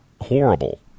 horrible